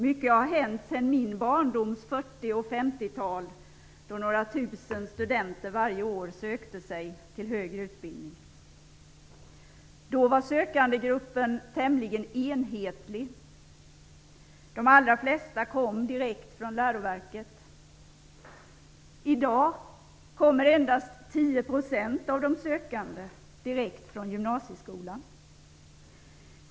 Mycket har hänt sedan min barndoms 40 och 50-tal, då några tusen studenter varje år sökte sig till högre utbildning och har alltså arbetslivserfarenhet. Då var sökandegruppen tämligen enhetlig. De allra flesta kom direkt från läroverket. I dag kommer endast 10 % av de sökande direkt från gymnasieskolan.